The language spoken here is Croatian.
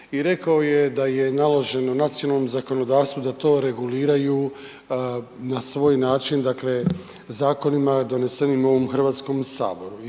i rekao je da je naloženo nacionalnom zakonodavstvu da to reguliraju na svoj način dakle zakonima donesenim u ovom HS-u